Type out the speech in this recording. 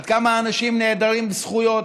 עד כמה אנשים הם נעדרים זכויות,